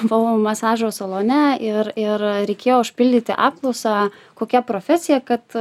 buvau masažo salone ir ir reikėjo užpildyti apklausą kokia profesija kad